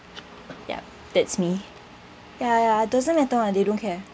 yup that's me ya ya doesn't matter [one] they don't care